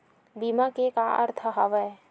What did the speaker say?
बीमा के का अर्थ हवय?